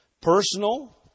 Personal